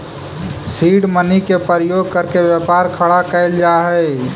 seed money के प्रयोग करके व्यापार खड़ा कैल जा हई